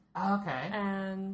Okay